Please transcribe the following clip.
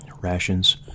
rations